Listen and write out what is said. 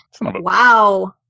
Wow